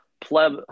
pleb